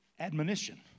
Admonition